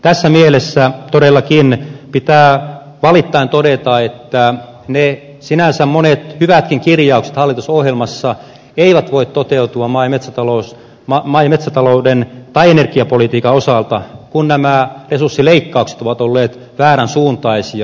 tässä mielessä todellakin pitää valittaen todeta että ne monet sinänsä hyvätkin kirjaukset hallitusohjelmassa eivät voi toteutua maa ja metsätalouden tai energiapolitiikan osalta kun nämä resurssileikkaukset ovat olleet väärän suuntaisia